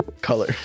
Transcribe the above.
Color